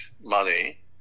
money